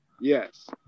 Yes